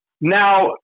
Now